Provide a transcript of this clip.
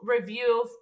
review